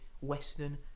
western